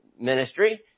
ministry